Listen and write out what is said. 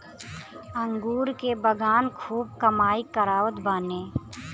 अंगूर के बगान खूब कमाई करावत बाने